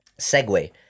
segue